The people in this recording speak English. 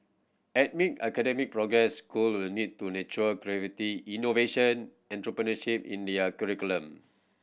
amid academic progress school will need to nurture creativity innovation and entrepreneurship in their curriculum